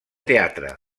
teatre